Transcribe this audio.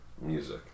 music